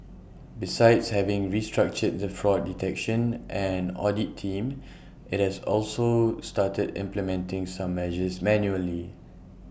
besides having restructured the fraud detection and audit team IT has also started implementing some measures manually